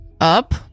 Up